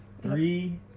Three